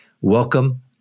Welcome